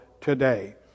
today